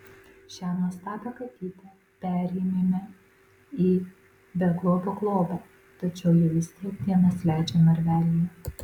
šią nuostabią katytę perėmėme į beglobio globą tačiau ji vis tiek dienas leidžia narvelyje